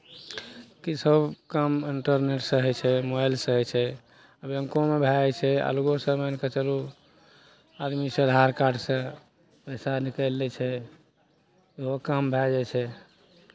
कि सभ काम इन्टरनेटसँ होइ छै मोबाइलसँ होइ छै अभी बैंकोमे भए जाइ छै अलगोसँ मानि कऽ चलू आदमी से आधारकार्डसँ पैसा निकालि लै छै ओहो काम भए जाइ छै